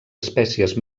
espècies